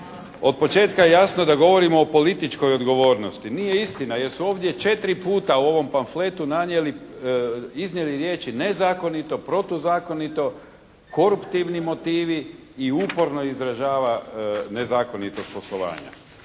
Od početka je jasno da govorimo o političkoj odgovornosti. Nije istina jer su ovdje četiri u ovom panfletu nanijeli, iznijeli riječi nezakonito, protuzakonito, koruptivni motivi i uporno izražava nezakonitost poslovanja.